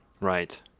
Right